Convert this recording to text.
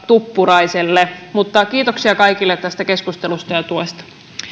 tuppuraiselle mutta kiitoksia kaikille tästä keskustelusta ja tuesta